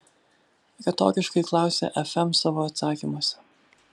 retoriškai klausia fm savo atsakymuose